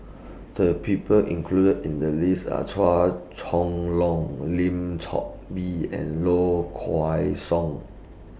The People included in The list Are Chua Chong Long Lim Chor Pee and Low Kway Song